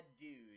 dude